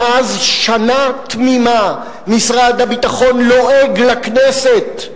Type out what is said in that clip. מאז, שנה תמימה משרד הביטחון לועג לכנסת,